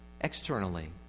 externally